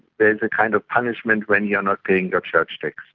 there's a kind of punishment when you're not paying your church tax.